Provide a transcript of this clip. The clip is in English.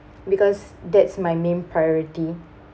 because that's my main priority